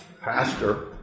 Pastor